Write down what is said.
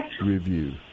Review